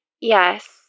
Yes